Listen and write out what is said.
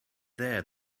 there